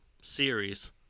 series